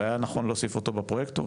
אולי היה נכון להוסיף אותו בפרויקטורים.